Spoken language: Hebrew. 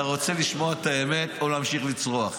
אתה רוצה לשמוע את האמת או להמשיך לצרוח?